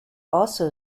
also